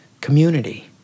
community